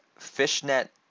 Fishnet